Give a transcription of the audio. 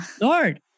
Lord